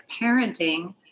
parenting